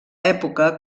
època